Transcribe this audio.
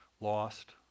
lost